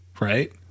right